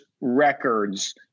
records